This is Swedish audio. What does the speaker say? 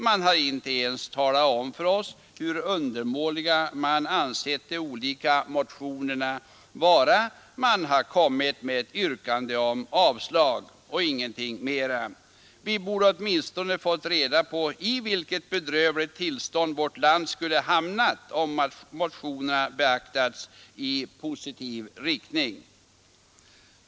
Man har inte ens talat om för oss hur undermåliga man ansett de olika motionerna vara — man har kommit med ett yrkande om avslag och ingenting mera. Vi borde åtminstone fått reda på i vilket bedrövligt tillstånd vårt land skulle ha hamnat om motionerna beaktats i positiv riktning.